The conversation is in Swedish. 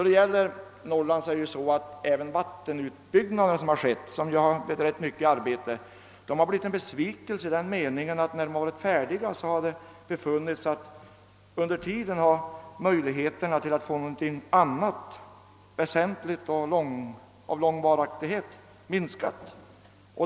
De vattenutbyggnader som har skett i Norrland och som har inneburit att ganska mycket arbete har åstadkommits, har blivit en besvikelse i den meningen, att när de varit färdiga har det visat sig att under den tid som de pågått har möjligheterna att få någon industri med lång varaktighet minskat.